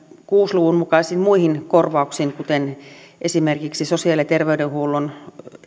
kuuden luvun mukaisiin muihin korvauksiin kuten esimerkiksi sosiaali ja terveydenhuollon